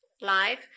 live